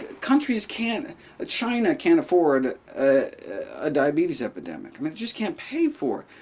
countries can't ah ah china can't afford a diabetes epidemic. i mean it just can't pay for